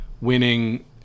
winning